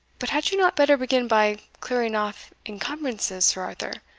but had you not better begin by clearing off encumbrances, sir arthur